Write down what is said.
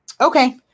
Okay